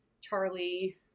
Charlie